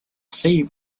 see